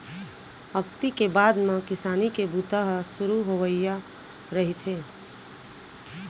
अक्ती के बाद म किसानी के बूता ह सुरू होवइया रहिथे